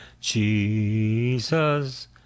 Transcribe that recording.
Jesus